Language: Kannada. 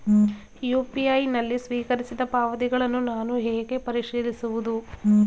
ಯು.ಪಿ.ಐ ನಲ್ಲಿ ಸ್ವೀಕರಿಸಿದ ಪಾವತಿಗಳನ್ನು ನಾನು ಹೇಗೆ ಪರಿಶೀಲಿಸುವುದು?